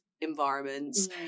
Environments